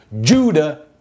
Judah